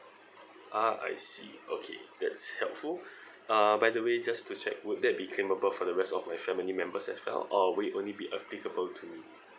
ah I see okay that's helpful uh by the way just to check would that be claimable for the rest of my family members as well or will it only be applicable to